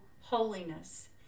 holiness